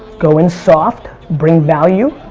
go in soft, bring value,